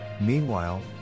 meanwhile